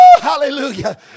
Hallelujah